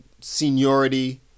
seniority